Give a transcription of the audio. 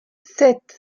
sept